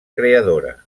creadora